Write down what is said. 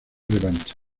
revancha